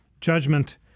judgment